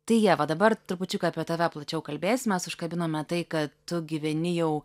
tai ieva dabar trupučiuką apie tave plačiau kalbėsimės užkabinome tai kad tu gyveni jau